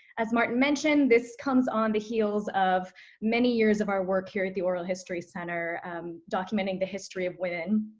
as martin mentioned, this comes on the heels of many years of our work here at the oral history center documenting the history of women,